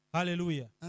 Hallelujah